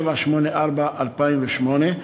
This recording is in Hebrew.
4784/08,